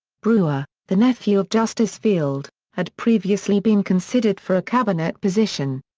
brewer, the nephew of justice field, had previously been considered for a cabinet position.